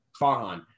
Farhan